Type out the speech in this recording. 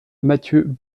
mathieu